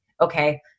okay